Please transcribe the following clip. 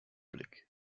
blick